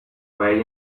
way